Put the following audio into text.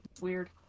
Weird